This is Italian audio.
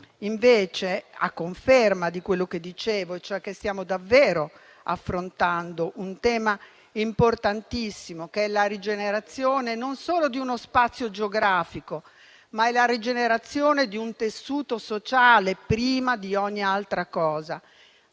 invece, a conferma di quello che dicevo, stiamo davvero affrontando un tema importantissimo, che è la rigenerazione non solo di uno spazio geografico, ma anche di un tessuto sociale prima di ogni altra cosa